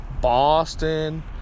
Boston